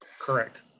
Correct